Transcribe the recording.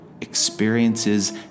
experiences